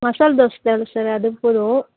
மசால் தோசை தேவை இல்லை சார் அது போதும்